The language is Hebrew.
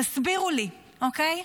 תסבירו לי, אוקיי?